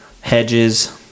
Hedges